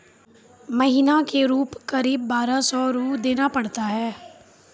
महीना के रूप क़रीब बारह सौ रु देना पड़ता है?